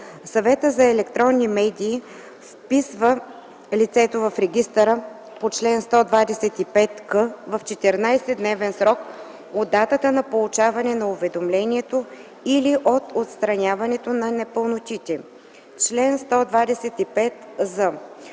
Съветът за електронни медии вписва лицето в регистъра по чл. 125к в 14-дневен срок от датата на получаване на уведомлението или от отстраняването на непълнотите. Чл. 125з.